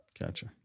Gotcha